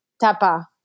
tapa